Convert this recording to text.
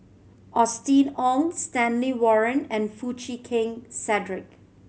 Austen Ong Stanley Warren and Foo Chee Keng Cedric